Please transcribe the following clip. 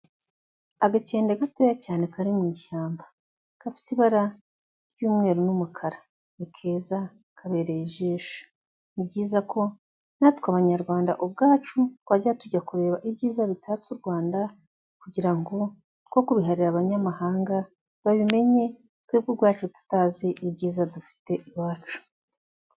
Agakenge gatoya cyane kari mu ishyamba, gafite ibara ry'umweru n'umukara, ni keza kabereye ijisho, ni byiza ko natwe abanyarwanda ubwacu twajya tujya kureba ibyiza bitatse u Rwanda kugira ngo twe kubiharira abanyamahanga, babimenye twebwe ubwacu tutazi ibyiza dufite iwacu.